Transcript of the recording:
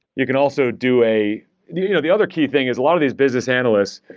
you can also do a the you know the other key thing is a lot of these business analysts,